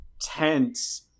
tense